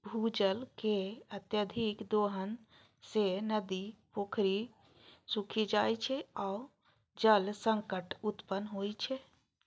भूजल के अत्यधिक दोहन सं नदी, पोखरि सूखि जाइ छै आ जल संकट उत्पन्न होइ छै